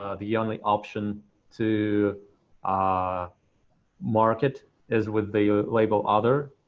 ah the only option to ah mark it is with the label other.